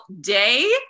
day